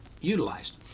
utilized